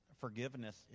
forgiveness